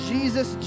Jesus